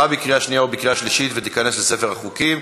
עברה בקריאה שנייה ובקריאה שלישית ותיכנס לספר החוקים.